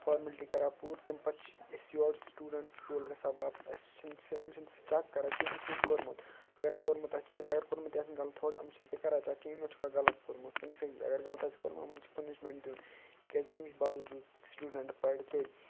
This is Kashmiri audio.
فارمیلٹی کَران پوٗرٕ تَمہِ پَتہٕ چھِ أسۍ یورٕ سِٹوٗڈنٛٹ سکوٗل گژھان واپَس اَسہِ چھِ نہٕ یِم چھِ نہٕ سُہ چیک کَران کیٚنٛہہ أمۍ چھا یہِ کوٚرمُت اگر نہٕ کوٚرمُت آسہِ کیٚنٛہہ اگر کوٚرمُت یہِ آسہِ غلط تھوڑا یِم چھِ نہٕ تہِ چیک کران کیٚنٛہہ یِمو چھُکھا غلط کوٚرمُت کِنہٕ صحیح اگر غلط آسہِ کوٚرمُت یِمَن چھِ پُنِشمٮ۪نٛٹ دیُن تِکیٛازِ تَمِچ باوجوٗد سِٹوٗڈَنٛٹ پَرِ تیٚلہِ